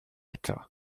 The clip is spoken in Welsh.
eto